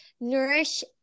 Nourish